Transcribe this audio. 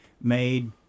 made